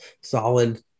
solid